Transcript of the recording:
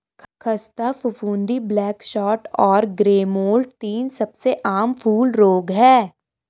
ख़स्ता फफूंदी, black spot और ग्रे मोल्ड तीन सबसे आम फूल रोग हैं